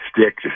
stick